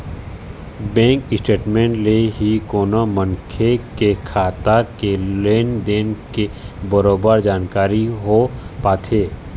bank statement ले ही कोनो मनखे के खाता के लेन देन के बरोबर जानकारी हो पाथे